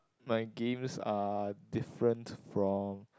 my games are different from